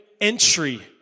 entry